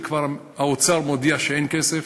וכבר האוצר מודיע שאין כסף,